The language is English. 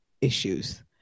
issues